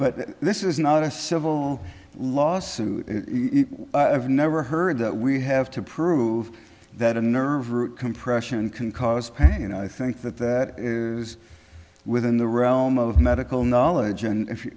but this is not a civil lawsuit never heard that we have to prove that a nerve root compression can cause pain and i think that that is within the realm of medical knowledge and if